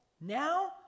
Now